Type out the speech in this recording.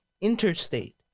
interstate